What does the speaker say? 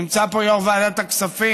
נמצא פה יו"ר ועדת הכספים.